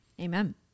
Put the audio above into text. Amen